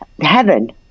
heaven